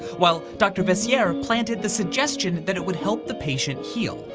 while dr. veissiere planted the suggestion that it would help the patient heal.